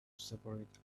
separate